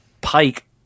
Pike